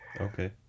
Okay